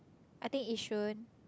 I think Yishun